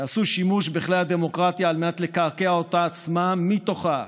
שיעשו שימוש בכלי הדמוקרטיה על מנת לקעקע אותה עצמה מתוכה,